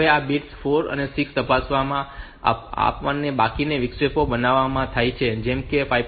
હવે આ બિટ્સ 4 થી 6 વાસ્તવમાં આપણને બાકી વિક્ષેપ બનાવવા માટે છે અને જેમ આપણે 5